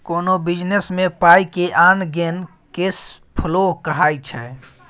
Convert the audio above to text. कोनो बिजनेस मे पाइ के आन गेन केस फ्लो कहाइ छै